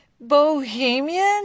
bohemian